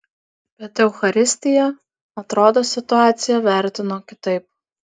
bet eucharistija atrodo situaciją vertino kitaip